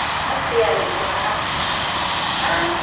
होद दैयारिफोरा मा